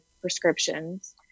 prescriptions